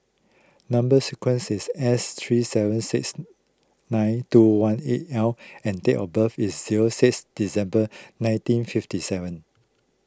Number Sequence is S three seven six nine two one eight L and date of birth is zero six December nineteen fifty seven